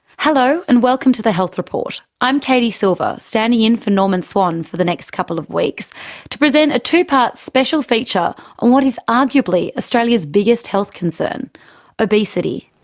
hello and welcome to the health report. i'm katie silver, standing in for norman swan for the next couple of weeks to present a two-part special feature on what is arguably australia's biggest health concern obesity.